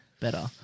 better